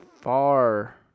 far